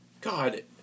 God